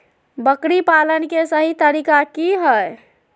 बकरी पालन के सही तरीका की हय?